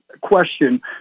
question